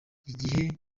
igihe